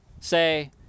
say